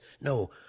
No